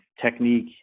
technique